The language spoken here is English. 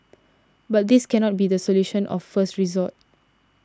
but this cannot be the solution of first resort